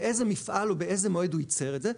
באיזה מפעל או באיזה מועד הוא ייצר את זה?